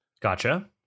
Gotcha